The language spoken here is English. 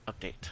update